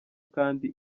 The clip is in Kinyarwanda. kandi